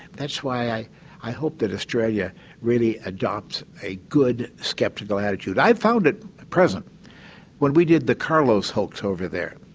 that's why i i hope that australia really adopts a good skeptical attitude. i found it present when we did the carlos hoax over there.